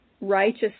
righteous